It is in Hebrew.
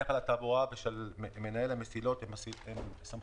לא יכול לפקח או להשגיח על הכניסה והיציאה של הנוסעים ולפקח על